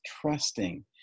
trusting